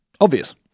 obvious